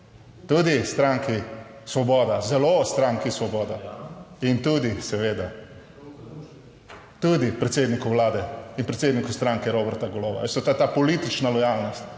tudi stranki Svoboda, zelo Stranki Svoboda in tudi seveda tudi predsedniku Vlade. In predsedniku stranke Roberta Goloba, ve se, ta politična lojalnost